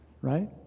right